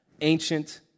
ancient